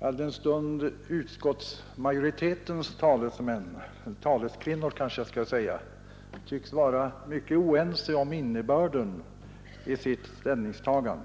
alldenstund utskottsmajoritetens talesmän — taleskvinnor, kanske jag skall säga — tycks vara mycket oense om innebörden av sitt ställningstagande.